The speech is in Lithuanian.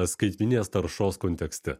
skaitmeninės taršos kontekste